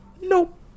nope